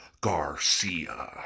garcia